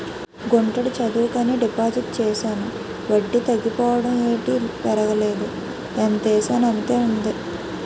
గుంటడి చదువుకని డిపాజిట్ చేశాను వడ్డీ తగ్గిపోవడం ఏటి పెరగలేదు ఎంతేసానంతే ఉంది